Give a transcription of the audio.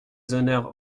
honneurs